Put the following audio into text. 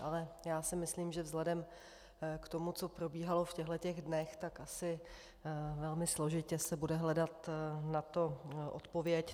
Ale já si myslím, že vzhledem k tomu, co probíhalo v těchto dnech, tak asi velmi složitě se bude hledat na to odpověď.